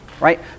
right